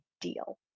deal